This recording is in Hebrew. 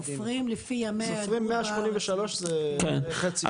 סופרים 183 זה חצי שנה.